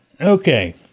Okay